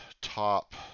top